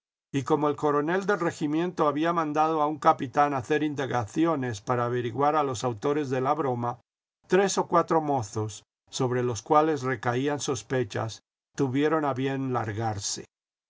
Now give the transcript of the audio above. y como el coronel del regimiento había mandado a un capitán hacer indagaciones para averiguar a los autores de la broma tres o cuatro mozos sobre los cuales recaían sospechas tuvieron a bien largarse